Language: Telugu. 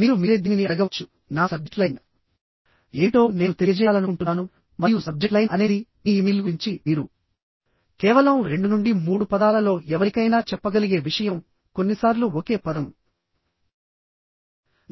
మీరు మీరే దీనిని అడగవచ్చు నా సబ్జెక్ట్ లైన్ ఏమిటో నేను తెలియజేయాలనుకుంటున్నాను మరియు సబ్జెక్ట్ లైన్ అనేది మీ ఇమెయిల్ గురించి మీరు కేవలం రెండు నుండి మూడు పదాలలో ఎవరికైనా చెప్పగలిగే విషయం కొన్నిసార్లు ఒకే పదం